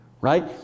Right